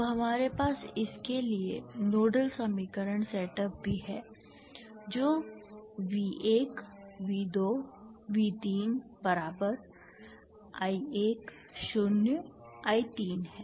अब हमारे पास इसके लिए नोडल समीकरण सेटअप भी है जो V1 V2 V3 बराबर I1 0 I3 है